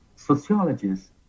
Sociologists